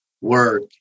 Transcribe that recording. work